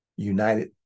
United